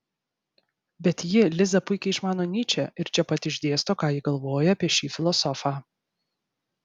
bet ji liza puikiai išmano nyčę ir čia pat išdėsto ką ji galvoja apie šį filosofą